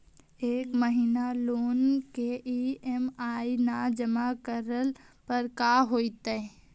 एक महिना लोन के ई.एम.आई न जमा करला पर का होतइ?